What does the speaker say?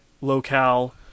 locale